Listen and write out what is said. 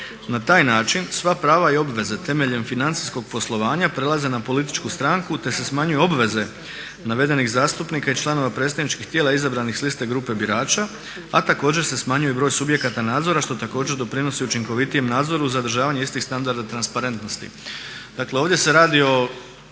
Na taj način sva prava i obveze temeljem financijskog poslovanja prelaze na političku stranku te se smanjuju obveze navedenih zastupnika i članova predstavničkih tijela izabranih s liste grupe birača, a također se smanjuje i broj subjekata nadzora što također doprinosi učinkovitijem nadzoru zadržavanja istih standarda transparentnosti.